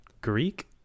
Greek